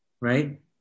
right